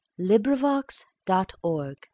LibriVox.org